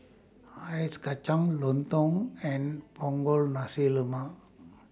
Ice Kacang Lontong and Punggol Nasi Lemak